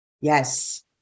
yes